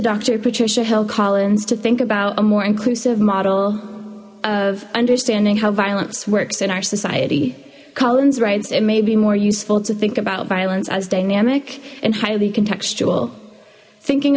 doctor patricia hill collins to think about a more inclusive model of understanding how violence works in our society collins writes it may be more useful to think about violence as dynamic and highly contextual thinking